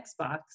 Xbox